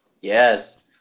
yes